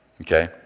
okay